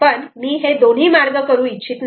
पण मी हे दोन्ही मार्ग करू इच्छित नाही